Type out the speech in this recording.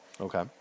Okay